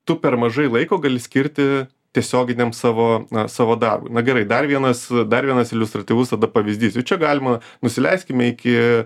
tu per mažai laiko gali skirti tiesioginiam savo savo darbui na gerai dar vienas dar vienas iliustratyvus tada pavyzdys jau čia galima nusileiskime iki